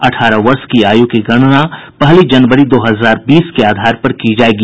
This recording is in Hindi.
अठारह वर्ष की आयु की गणना पहली जनवरी दो हजार बीस के आधार पर की जायेगी